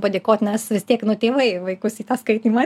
padėkot nes vis tiek nu tėvai vaikus į tą skaitymą